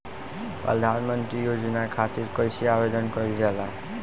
प्रधानमंत्री योजना खातिर कइसे आवेदन कइल जाला?